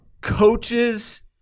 coaches